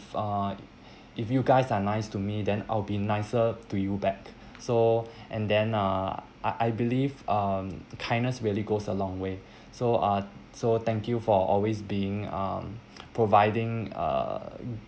uh if you guys are nice to me then I'll be nicer to you back so and then uh I I believe um the kindness really goes a long way so uh so thank you for always being um providing uh